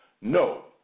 No